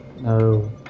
No